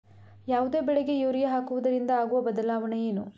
ಯಾವುದೇ ಬೆಳೆಗೆ ಯೂರಿಯಾ ಹಾಕುವುದರಿಂದ ಆಗುವ ಬದಲಾವಣೆ ಏನು?